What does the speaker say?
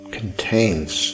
contains